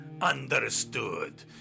Understood